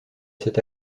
cet